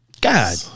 God